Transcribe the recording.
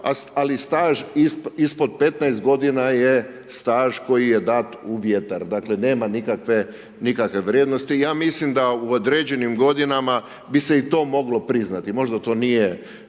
ali staž ispod 15 godina je staž koji je dat u vjetar. Dakle, nema nikakve vrijednosti. Ja mislim da u određenim godinama bi se i to moglo priznati, možda to nije